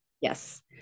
Yes